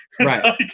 right